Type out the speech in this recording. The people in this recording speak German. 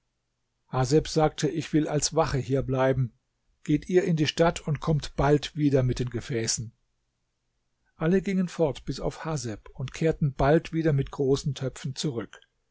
haseb sagte ich will als wache hier bleiben geht ihr in die stadt und kommt bald wieder mit gefäßen alle gingen fort bis auf haseb und kehrten bald wieder mit großen töpfen zurück